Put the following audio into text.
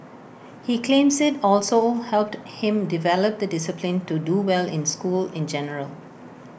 he claims IT also helped him develop the discipline to do well in school in general